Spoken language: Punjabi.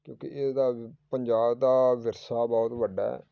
ਕਿਉਂਕਿ ਇਹਦਾ ਪੰਜਾਬ ਦਾ ਵਿਰਸਾ ਬਹੁਤ ਵੱਡਾ